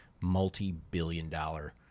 multi-billion-dollar